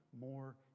more